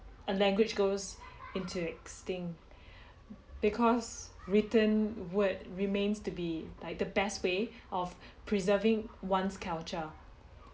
a language goes into extinct because written word remains to be like the best way of preserving one's culture